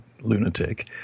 lunatic